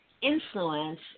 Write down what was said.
influence